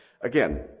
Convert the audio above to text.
Again